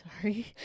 Sorry